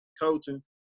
coaching